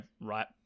right